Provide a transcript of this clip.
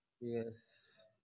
Yes